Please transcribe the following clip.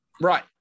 right